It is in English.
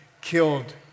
killed